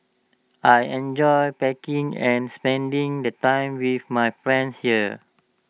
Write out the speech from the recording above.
I enjoy packing and spending the time with my friends here